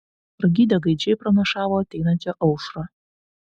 pragydę gaidžiai pranašavo ateinančią aušrą